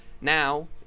Now